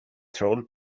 troll